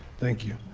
thank you.